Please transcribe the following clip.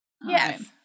Yes